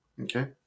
Okay